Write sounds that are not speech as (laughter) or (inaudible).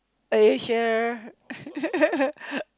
eh here (laughs)